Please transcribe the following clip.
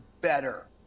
better